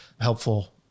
helpful